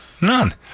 none